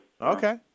Okay